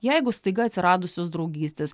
jeigu staiga atsiradusios draugystės